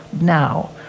now